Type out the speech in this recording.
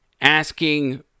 asking